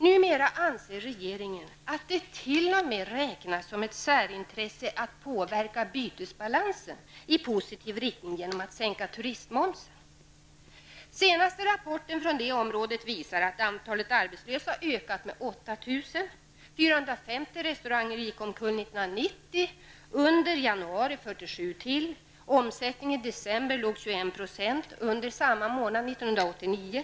Numera anser regeringen att det t.o.m. räknas som ett särintresse att påverka bytesbalansen i positiv riktning genom att sänka turistmomsen. Den senaste rapporten på det området visar att antalet arbetslösa ökat med 8 000. 450 restauranger gick omkull 1990, och under januari ytterligare 47, och omsättningen i december låg 21 % under samma månad 1989.